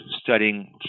studying